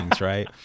right